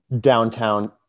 downtown